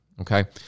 okay